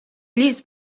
list